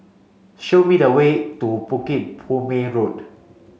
show me the way to Bukit Purmei Road